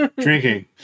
Drinking